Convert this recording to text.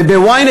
וב-ynet,